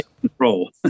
Control